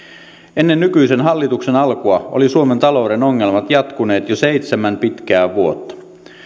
ennen nykyisen hallituksen alkua olivat suomen talouden ongelmat jatkuneet jo seitsemän pitkää vuotta